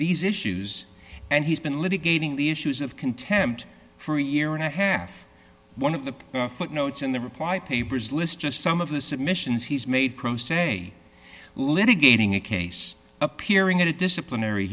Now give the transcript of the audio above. these issues and he's been litigating the issues of contempt for a year and a half one of the footnotes in the reply papers list just some of the submissions he's made pro se litigating a case appearing at a disciplinary